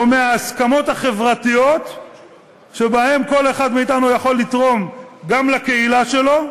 מההסכמות החברתיות שבהם כל אחד מאתנו יכול לתרום גם לקהילה שלו,